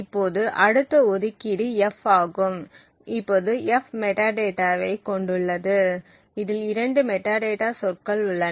இப்போது அடுத்த ஒதுக்கீடு f ஆகும் இப்போது f மெட்டாடேட்டாவை கொண்டுள்ளது இதில் இரண்டு மெட்டாடேட்டா சொற்கள் உள்ளன